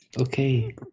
Okay